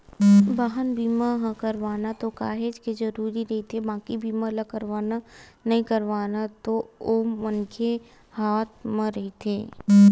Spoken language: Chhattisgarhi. बाहन बीमा ह करवाना तो काहेच के जरुरी रहिथे बाकी बीमा ल करवाना नइ करवाना ओ तो मनखे के हात म रहिथे